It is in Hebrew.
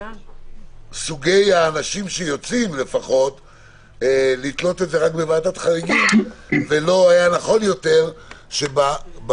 סוגי האנשים שיוצאים רק בוועדת חריגים ולא היה נכון יותר שבתקנות